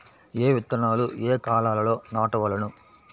ఏ విత్తనాలు ఏ కాలాలలో నాటవలెను?